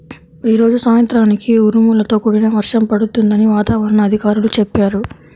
యీ రోజు సాయంత్రానికి ఉరుములతో కూడిన వర్షం పడుతుందని వాతావరణ అధికారులు చెప్పారు